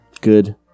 Good